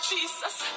Jesus